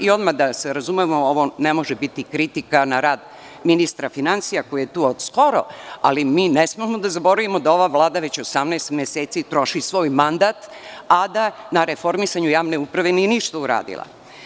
Odmah da se razumemo, ovo ne može biti kritika na rad ministra finansija koji je tu od skoro, ali mi ne smemo da zaboravimo da ova Vlada već 18 meseci troši svoj mandat, a da na reformisanju javne uprave nije ništa uradila.